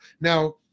Now